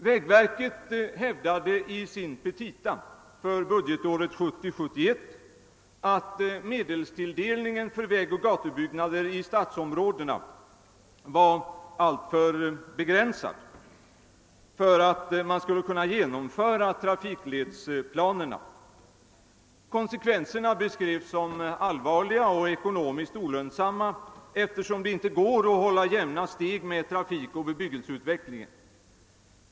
Vägverket hävdade i sina petita för budgetåret 1970/71 att medelstilldelningen för vägoch gatubyggnader i stadsområdena var alltför begränsad för att man skulle kunna genomföra trafikledsplanerna. Konsekvenserna beskrevs som allvarliga och ekonomiskt olönsamma, eftersom det inte går att hålla jämna steg med trafikoch bebyggelseutvecklingen.